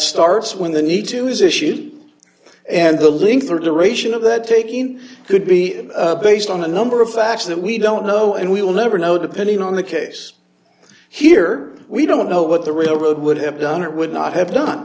starts when the need to is issued and the link for the ration of that taking could be based on a number of facts that we don't know and we will never know depending on the case here we don't know what the real road would have done or would not have done